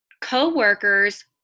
co-workers